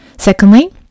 Secondly